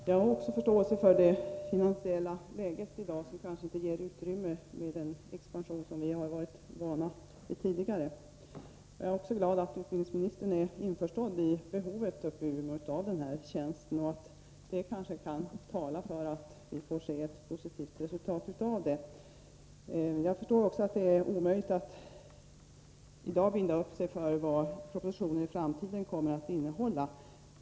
Herr talman! Jag har förståelse för att det finansiella läget i dag inte ger utrymme för en expansion av det slag som vi varit vana vid tidigare. Jag är också glad över att utbildningsministern är införstådd med att den här tjänsten behövs uppe i Umeå. Detta kanske kan tala för att vi får se ett positivt resultat. Jag förstår att det är omöjligt för utbildningsministern att i dag binda upp sig för vad propositioner i framtiden kommer att innehålla.